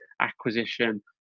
acquisition